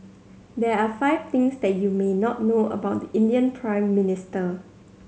there are five things that you may not know about the Indian Prime Minister